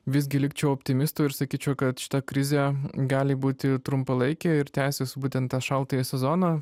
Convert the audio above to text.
visgi likčiau optimistu ir sakyčiau kad šita krizė gali būti trumpalaikė ir tęsis būtent tą šaltąjį sezoną